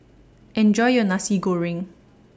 Enjoy your Nasi Goreng